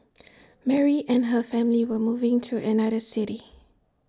Mary and her family were moving to another city